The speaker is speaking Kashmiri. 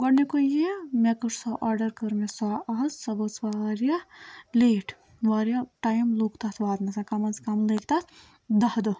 گۄڈٕنیُکُے یہِ مےٚ کٔر سۄ آرڈَر کٔر مےٚ سۄ آز سۄ وٲژ واریاہ لیٹ واریاہ ٹایِم لوٚگ تَتھ واتنَس کَم آز کَم لٔگۍ تَتھ دَہ دۄہ